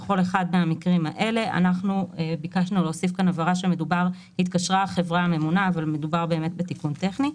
בכל אחד ממקרים אלה:" ביקשנו להוסיף כאן הבהרה שמדובר באמת בתיקון טכני.